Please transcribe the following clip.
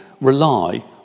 rely